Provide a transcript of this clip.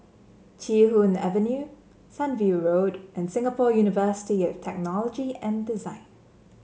Chee Hoon Avenue Sunview Road and Singapore University of Technology and Design